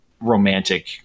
romantic